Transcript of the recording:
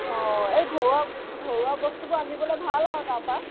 এই ঘৰুৱা ঘৰুৱা বস্তুবোৰ আনিবলে ভাল আৰু তাৰাপা